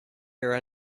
your